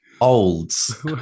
Olds